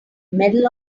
medal